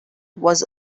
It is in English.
was